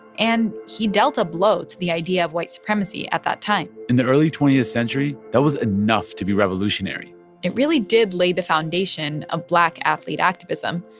and he dealt a blow to the idea of white supremacy at that time in the early twentieth century, that was enough to be revolutionary it really did lay the foundation of black athlete activism,